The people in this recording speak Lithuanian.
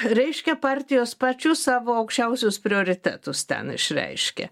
reiškia partijos pačius savo aukščiausius prioritetus ten išreiškė